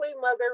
mother